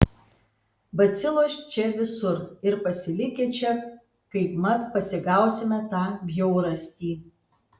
bacilos čia visur ir pasilikę čia kaip mat pasigausime tą bjaurastį